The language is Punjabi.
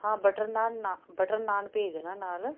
ਹਾਂ ਬਟਰ ਨਾਨ ਨਾ ਬਟਰ ਨਾਨ ਭੇਜ ਦੇਣਾ ਨਾਲ